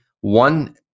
one